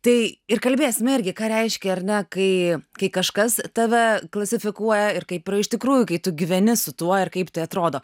tai ir kalbėsime irgi ką reiškia ar ne kai kai kažkas tave klasifikuoja ir kaip yra iš tikrųjų kai tu gyveni su tuo kaip tai atrodo